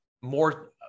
more